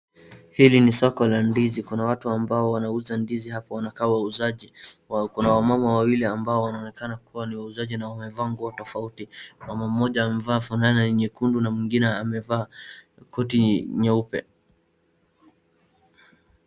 Hili ni soko la ndizi kuna watu ambao wanauza ndizi hapo wanakaa wauzaji. Kuna wamama wawili ambao wanaoneka kuwa ni wauzaji na wamevaa nguo tofauti, mama mmoja amevaa fulana nyekundu na mwingine amevaa koti nyeupe.